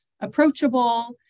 approachable